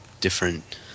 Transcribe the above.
different